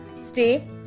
stay